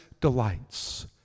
delights